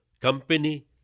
company